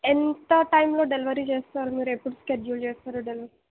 ఎంత టైంలో డెలివరీ చేస్తారు మీరు ఎప్పుడు స్కెడ్యూల్ చేస్తారు డెలివ